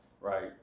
right